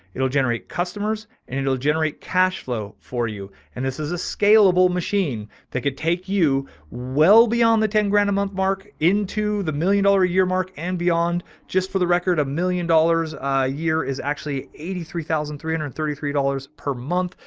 it'll generate customers and it'll generate cashflow for you. and this is a scalable machine that could take you well beyond the ten grand a month mark into the million dollar a year, mark and beyond just for the record. a million dollars a year is actually eighty three thousand three hundred and thirty three dollars. per month,